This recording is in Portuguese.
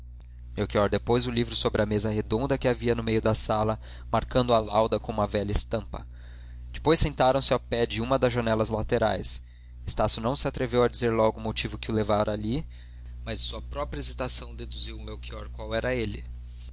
preciso melchior depôs o livro sobre a mesa redonda que havia no meio da sala marcando a lauda com uma velha estampa depois sentaram-se ao pé de uma das janelas laterais estácio não se atreveu a dizer logo o motivo que o levara ali mas de sua própria hesitação deduziu melchior qual era ele